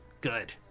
good